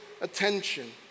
attention